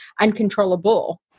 uncontrollable